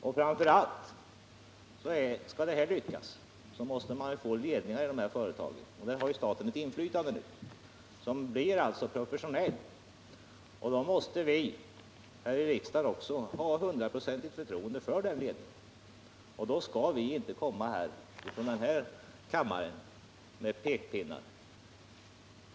Men framför allt —om det här skall lyckas måste företagen få professionella ledningar, och där har ju staten ett inflytande nu. Vi här i riksdagen måste ha hundraprocentigt förtroende för dessa ledningar. Vi skall därför inte från den här kammaren komma med pekpinnar.